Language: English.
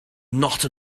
not